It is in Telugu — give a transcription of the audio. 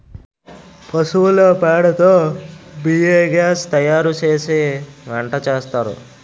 పశువుల పేడ తో బియోగాస్ తయారుసేసి వంటసేస్తారు